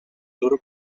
loro